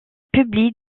publie